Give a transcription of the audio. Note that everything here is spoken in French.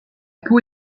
peau